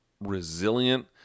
resilient